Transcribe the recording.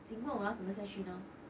请问我要怎么下去呢